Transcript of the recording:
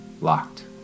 Locked